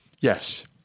Yes